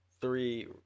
three